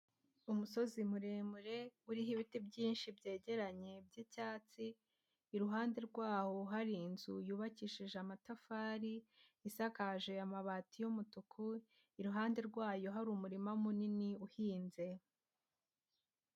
Umusozi muremure uriho ibiti byinshi byegeranye by'icyatsi, iruhande rwawo hari inzu yubakishije amatafari isakaje amabati y'umutuku, iruhande rwayo hari umurima munini uhinze.